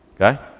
Okay